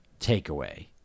takeaway